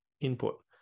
input